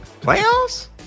Playoffs